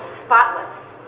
Spotless